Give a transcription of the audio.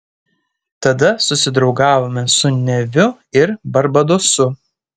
tada susidraugavome su neviu ir barbadosu